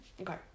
Okay